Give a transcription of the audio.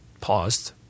paused